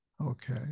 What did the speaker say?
Okay